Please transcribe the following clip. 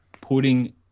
putting